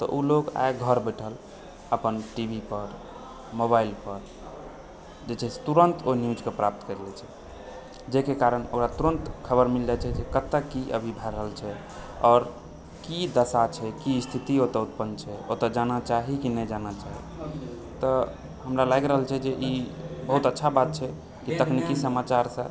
तऽ ओ लोग आइ घर बैठल अपन टी वी पर मोबाइल पर जे छै से तुरन्त ओ न्यूजके प्राप्त करि लए छै जाहिके कारण ओकरा तुरन्त खबर मिल जाइत छै जे कि कतए की अभी भए रहल छै आओर की दशा छै की स्थिति ओतऽ उत्पन्न छै ओतऽ जाना चाही कि नहि जाना चाही तऽ हमरा लागि रहल छै जे ई बहुत अच्छा बात छै कि तकनीकि समाचारसँ